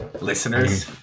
listeners